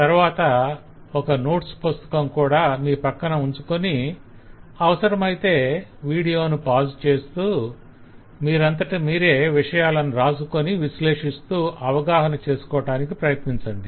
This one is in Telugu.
తరువాత ఒక నోట్స్ పుస్తకం కూడా మీ ప్రక్కన ఉంచుకొని అవసరమైతే వీడియోను పాజు చేస్తూ మీరంతట మీరే విషయాలను రాసుకొని విశ్లేషిస్తూ అవగాహన చేసుకోటానికి ప్రయత్నించండి